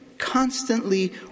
constantly